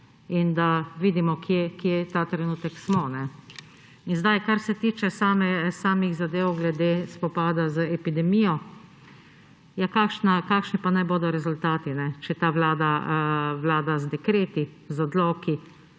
in da vidimo, kje ta trenutek smo. Kar se tiče zadev glede spopada z epidemijo. Ja kakšni pa naj bodo rezultati, če ta vlada vlada z dekreti, z odloki,